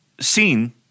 seen